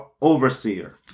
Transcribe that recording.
overseer